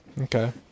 Okay